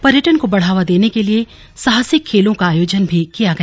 पर्यटन को बढ़ावा देने के लिए साहसिक खेलों का आयोजन भी किया गया